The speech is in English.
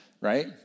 right